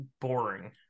boring